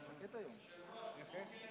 היושב-ראש, אנחנו רוצים לשתות מים.